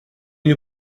you